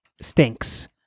stinks